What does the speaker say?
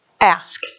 ask